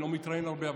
אני לא מתראיין הרבה,